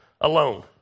alone